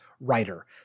writer